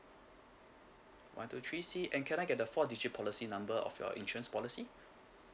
one two three C and can I get the four digit policy number of your insurance policy